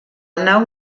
nau